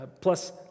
plus